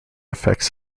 effects